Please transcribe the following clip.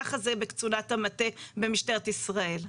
ככה זה בקצונת המטה במשטרת ישראל.